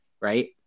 right